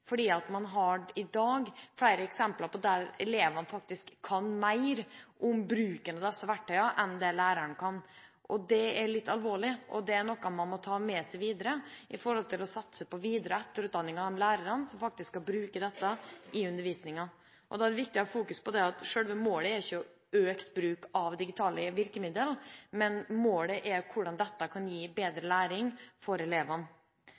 fordi man i dag har flere eksempler på at elevene faktisk kan mer om bruken av disse verktøyene enn det læreren kan. Det er litt alvorlig, og det er noe man må ta med seg videre med tanke på å satse på videre- og etterutdanning av de lærerne som faktisk skal bruke dette i undervisningen. Da er det viktig å ha fokus på det at selve målet ikke er økt bruk av digitale virkemidler, men hvordan dette kan gi bedre læring for elevene.